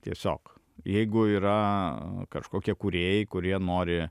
tiesiog jeigu yra kažkokie kūrėjai kurie nori